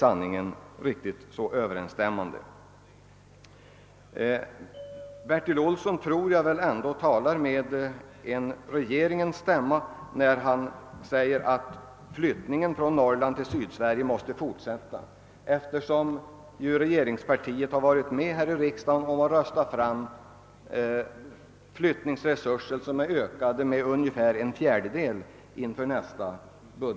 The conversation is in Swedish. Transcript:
Jag tror väl ändå att Bertil Olsson talar med regeringens stämma, när han säger att flyttningen från Norrland till Sydsverige måste fortsätta och öka. Regeringspartiet har ju i riksdagen röstat igenom att flyttningsresurserna för nästa budgetår ökas med ungefär en fjärdedel.